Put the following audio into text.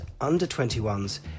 under-21s